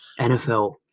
NFL